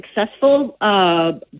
successful